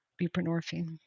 buprenorphine